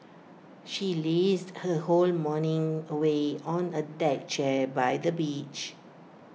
she lazed her whole morning away on A deck chair by the beach